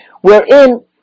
wherein